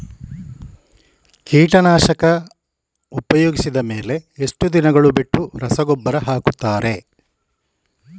ಕೀಟನಾಶಕ ಉಪಯೋಗಿಸಿದ ಮೇಲೆ ಎಷ್ಟು ದಿನಗಳು ಬಿಟ್ಟು ರಸಗೊಬ್ಬರ ಹಾಕುತ್ತಾರೆ?